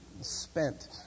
spent